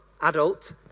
adult